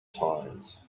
times